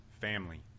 family